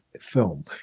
Film